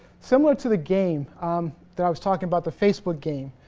similar to the game that i was talking about, the facebook game,